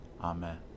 Amen